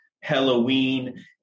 Halloween